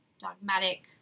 dogmatic